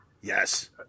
Yes